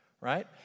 Right